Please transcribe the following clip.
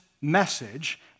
message